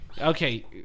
Okay